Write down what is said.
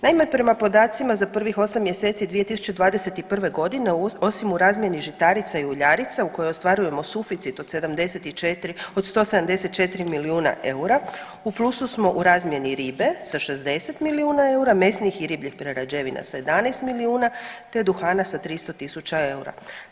Naime, prema podacima za prvih osam mjeseci 2021.g. osim u razmjeni žitarica i uljarica u kojoj ostvarujemo suficit od 174 milijuna eura u plusu smo u razmjeni ribe sa 60 milijuna eura, mesnih i ribljih prerađevina sa 11 milijuna te duhana sa 300.000 eura.